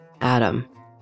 Adam